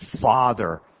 Father